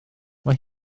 mae